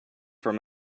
from